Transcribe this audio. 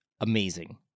amazing